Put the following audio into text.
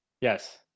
Yes